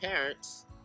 parents